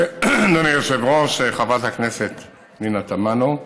אדוני היושב-ראש, חברת הכנסת פנינה תמנו,